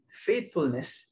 faithfulness